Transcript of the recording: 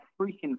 freaking